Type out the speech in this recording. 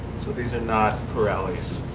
so these are not pirellis?